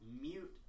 Mute